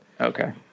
Okay